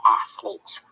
athletes